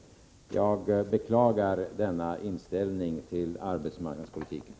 Jag beklagar denna inställning till arbetsmarknadspolitiken.